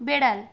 বেড়াল